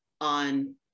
on